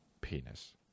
penis